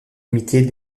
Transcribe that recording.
imiter